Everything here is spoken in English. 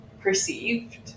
perceived